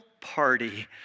party